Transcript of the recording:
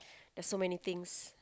there's so many things